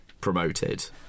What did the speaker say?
promoted